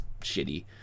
shitty